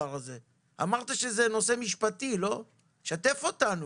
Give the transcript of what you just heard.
אמרת שזה נושא משפטי אז שתף אותנו.